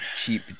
cheap